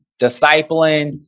discipling